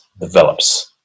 develops